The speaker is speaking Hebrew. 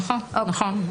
נכון.